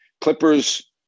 clippers